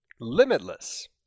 Limitless